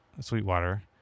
Sweetwater